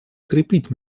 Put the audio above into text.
крепить